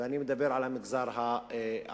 ואני מדבר על המגזר הערבי